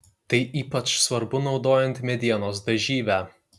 tai ypač svarbu naudojant medienos dažyvę